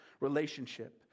relationship